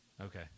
okay